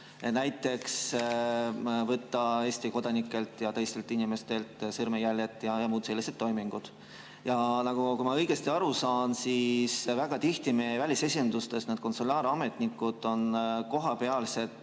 näiteks võtta Eesti kodanikelt ja teistelt inimestelt sõrmejälgi ja teha muid selliseid toiminguid. Kui ma õigesti aru saan, siis väga tihti meie välisesindustes konsulaarametnikud on kohapealsed